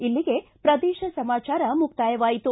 ಇಲ್ಲಿಗೆ ಪ್ರದೇಶ ಸಮಾಚಾರ ಮುಕ್ತಾಯವಾಯಿತು